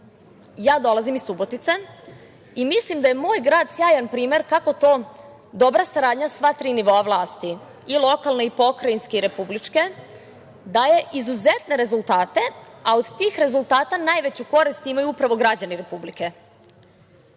dolazim iz Subotice i mislim da je moj grad sjajan primer kako to dobra saradnja sva tri nivoa vlasti i lokalne i pokrajinske i republičke daje izuzetne rezultate, a od tih rezultata najveću korist imaju upravo građani Republike. Budžetom